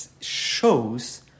shows